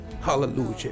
Hallelujah